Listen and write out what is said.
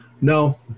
No